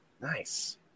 nice